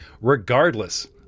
regardless